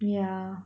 yeah